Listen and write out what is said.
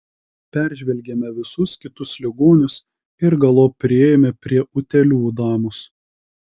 peržvelgėme visus kitus ligonius ir galop priėjome prie utėlių damos